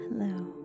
Hello